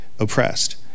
oppressed